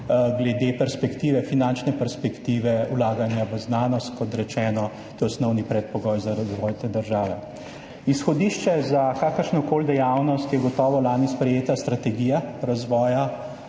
glede finančne perspektive vlaganja v znanost, kot rečeno, to je osnovni predpogoj za razvoj te države. Izhodišče za kakršnokoli dejavnost je gotovo lani sprejeta strategija razvoja